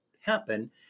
happen